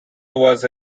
was